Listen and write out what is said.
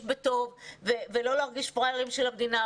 בטוב ולא להרגיש פראיירים של המדינה,